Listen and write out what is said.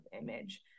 image